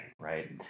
Right